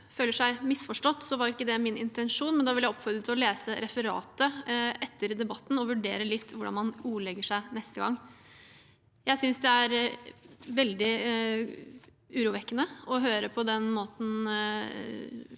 føler seg misforstått, var ikke det min intensjon. Jeg vil oppfordre til å lese referatet etter debatten og vurdere litt hvordan man ordlegger seg neste gang. Jeg synes det er veldig urovekkende å høre den måten